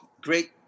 great